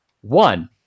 One